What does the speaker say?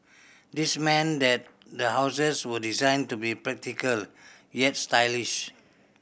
this meant that the houses were designed to be practical yet stylish